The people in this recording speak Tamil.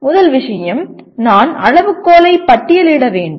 முதல் விஷயம் நான் அளவுகோலை பட்டியலிட வேண்டும்